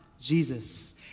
Jesus